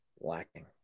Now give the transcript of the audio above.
lacking